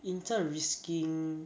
inter risking